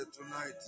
tonight